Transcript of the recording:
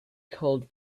called